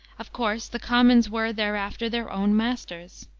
of course the commons were, thereafter, their own masters.